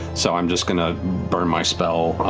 so i'm just going to burn my spell.